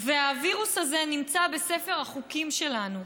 והווירוס הזה נמצא בספר החוקים שלנו,